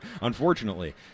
unfortunately